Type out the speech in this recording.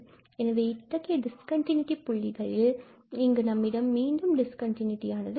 எனவே இத்தகைய this continuity புள்ளிகளில் இங்கு நம்மிடம் மீண்டும் திஸ் கண்டினூட்டி உள்ளது